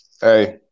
hey